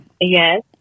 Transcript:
yes